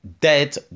dead